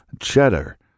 cheddar